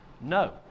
no